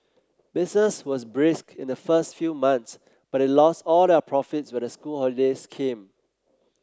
business was brisk in the first few months but they lost all their profits when the school holidays came